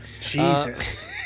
Jesus